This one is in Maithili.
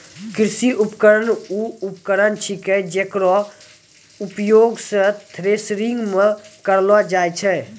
कृषि उपकरण वू उपकरण छिकै जेकरो उपयोग सें थ्रेसरिंग म करलो जाय छै